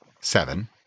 Seven